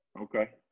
okay